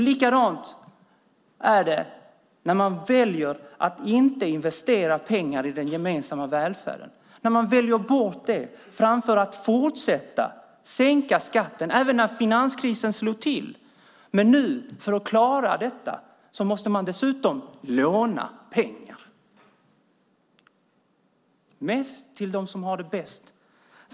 Likadant är det när man väljer att inte investera pengar i den gemensamma välfärden, när man väljer bort det för att i stället fortsätta sänka skatten, även när finanskrisen slår till. Men för att klara detta måste man nu dessutom låna pengar. Det är mest till dem som har det bäst.